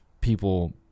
people